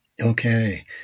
Okay